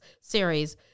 series